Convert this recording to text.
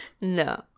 No